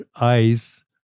eyes